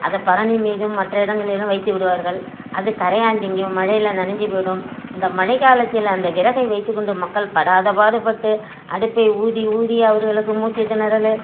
அதை பரணி மீதும் மற்ற இடங்களிலும் வைத்துவிடுவார்கள் அது கரையான் திங்கும் மழையில் நனஞ்சி போய்டும் இந்த மழை காலத்தில் அந்த விறகை வைத்துக்கொண்டு மக்கள் படாத பாடு பட்டு அடுப்பை ஊதி ஊதி அவர்களுக்கு மூச்சு திணறல்